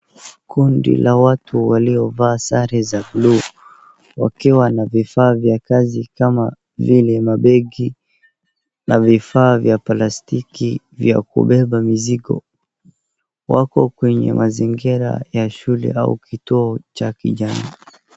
Kundi la watu waliovaa sare za bluu wakiwa na vifaa vya kazi kama vile mambegi na vifaa vya plastiki vya kubeba mizigo. Wako kwenye mazingira ya shule au kituo cha kijamii.